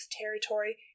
territory